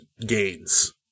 gains